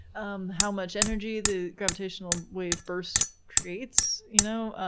um how much energy the gravitational wave bursts creates, you know ah